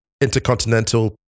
intercontinental